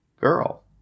girl